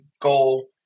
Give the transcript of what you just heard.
goal